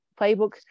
playbook